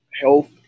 health